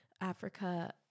Africa